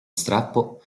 strappo